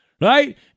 right